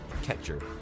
Catcher